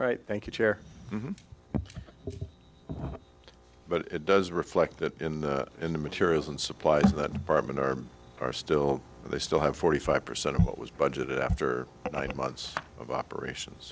right thank you chair but it does reflect that in the materials and supplies that bartman are are still they still have forty five percent of what was budgeted after nine months of operations